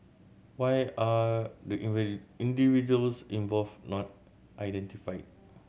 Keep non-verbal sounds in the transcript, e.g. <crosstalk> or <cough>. why are the <unintelligible> individuals involved not identified